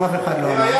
אף אחד לא אמר.